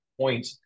point